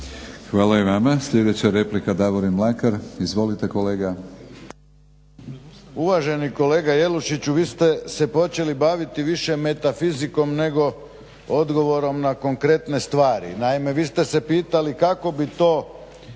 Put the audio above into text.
Hvala i vama. Sljedeća replika Davorin Mlakar. Izvolite kolega. **Mlakar, Davorin (HDZ)** Uvaženi kolega Jelušiću vi ste se počeli baviti metafizikom nego odgovorom na konkretne stvari. Naime vi ste se pitali kako bi to